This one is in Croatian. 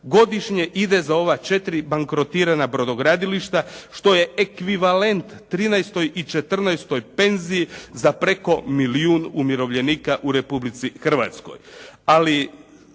godišnje ide za ova 4 bankrotirana brodogradilišta, što je ekvivalent trinaestoj i četrnaestoj penziji za preko milijun umirovljenika u Republici Hrvatskoj.